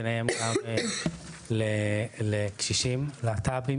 ביניהם גם לקשישים להט"בים,